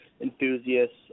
enthusiasts